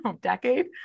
decade